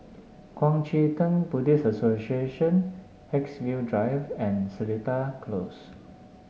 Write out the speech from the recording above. Kuang Chee Tng Buddhist Association Haigsville Drive and Seletar Close